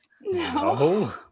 No